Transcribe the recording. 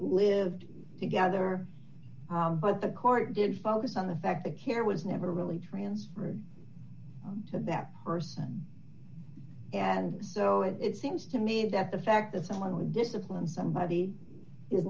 lived together but the court didn't focus on the fact the care was never really transferred to that person and so it seems to me that the fact that someone would discipline somebody is